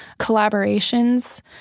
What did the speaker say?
collaborations